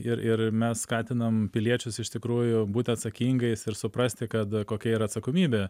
ir ir mes skatinam piliečius iš tikrųjų būti atsakingais ir suprasti kad kokia yra atsakomybė